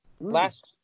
last